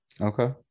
Okay